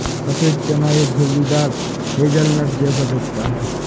सफेद चना एक झुर्रीदार हेज़लनट जैसा दिखता है